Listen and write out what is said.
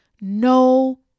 no